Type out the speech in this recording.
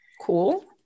Cool